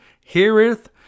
heareth